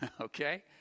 Okay